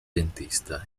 dentista